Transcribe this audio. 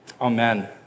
Amen